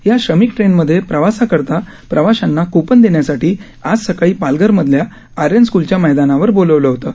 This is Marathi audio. ह्या श्रमिक ट्रेनमध्ये प्रवासाकरता प्रवाश्यांना क्पन देण्यासाठी आज सकाळी पालघरमधल्या आर्यन स्कूलच्या मैदानावर बोलवलं होतं